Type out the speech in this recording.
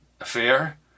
Affair